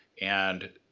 and,